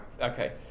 Okay